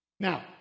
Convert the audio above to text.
Now